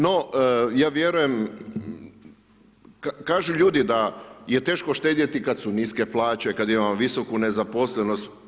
No ja vjerujem, kažu ljudi da je teško štedjeti kad su niske plaće, kad imamo visoku nezaposlenost.